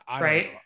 right